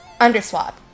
Underswap